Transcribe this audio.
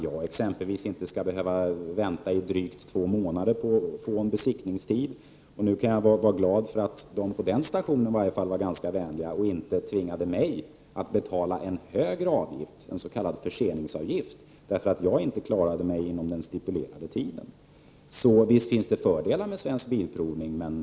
Jag skulle inte ha behövt vänta i drygt två månader på att få en tid för besiktning. Nu kan jag vara glad över att personalen på den stationen var vänlig och inte tvingade mig att betala en högre avgift, en s.k. förseningsavgift, på grund av att jag inte kunde hålla mig inom den stipulerade tiden. Visst finns det fördelar med Svensk Bilprovning, Prot.